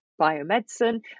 biomedicine